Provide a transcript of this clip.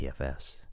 pfs